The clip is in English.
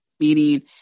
Meaning